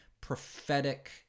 prophetic